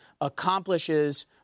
accomplishes